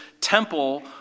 temple